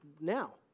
now